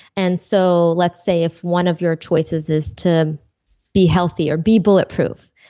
and so let's say if one of your choices is to be healthier, be bulletproof,